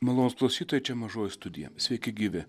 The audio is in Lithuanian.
malonūs klausytojai čia mažoji studija sveiki gyvi